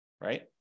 right